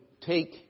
take